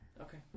Okay